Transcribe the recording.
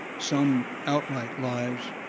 some outright lies.